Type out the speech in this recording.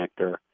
connector